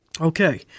Okay